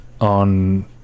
on